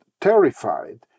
terrified